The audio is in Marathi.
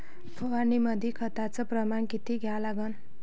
फवारनीमंदी खताचं प्रमान किती घ्या लागते?